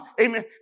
Amen